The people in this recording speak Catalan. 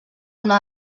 una